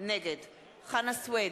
נגד חנא סוייד,